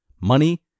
money